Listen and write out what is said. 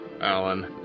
alan